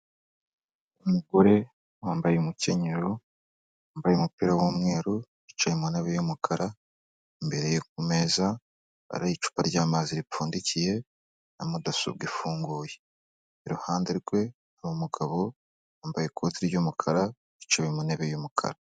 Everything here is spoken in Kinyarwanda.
Umugore wambaye umukenyero wambaye umupira w'umweru yicaye ku ntebe y yumukara mbere kumeza hari icupa ry'amazi ripfundikiye na mudasobwa ifunguye iruhande rwe, hakaba hari mugabo wambaye ikoti ry'umukara yicaye mu ntebe y'umukara.